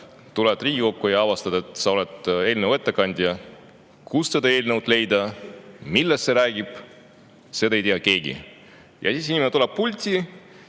tuled Riigikokku, ja avastad, et sa oled eelnõu ettekandja. Kust seda eelnõu leida? Millest see räägib? Seda ei tea keegi. Ja siis inimene tuleb pulti